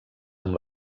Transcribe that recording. amb